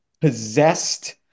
possessed